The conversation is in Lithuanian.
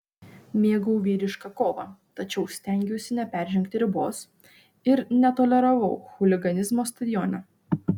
mėgau vyrišką kovą tačiau stengiausi neperžengti ribos ir netoleravau chuliganizmo stadione